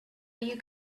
you